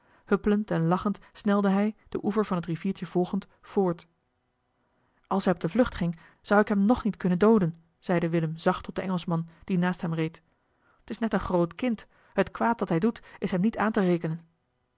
huppelend en lachend snelde hij den oever van het riviertje volgend voort als hij op de vlucht ging zou ik hem nog niet kunnen dooden zeide willem zacht tot den engelschman die naast hem reed t is net een groot kind het kwaad dat hij doet is hem niet aan te rekenen